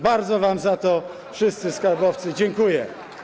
Bardzo wam za to, wszyscy skarbowcy, dziękuję.